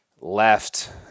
left